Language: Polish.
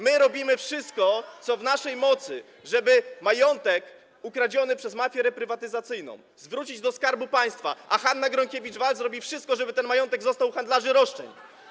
My robimy wszystko, co w naszej mocy, żeby majątek ukradziony przez mafię reprywatyzacyjną zwrócić do Skarbu Państwa, a Hanna Gronkiewicz-Waltz robi wszystko, żeby ten majątek został u handlarzy roszczeń.